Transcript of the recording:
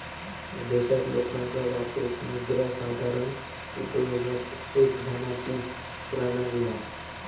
देशात लोकांका वापरूक मुद्रा साधारण उपयोगात एक धनाची प्रणाली हा